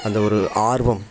அந்த ஒரு ஆர்வம்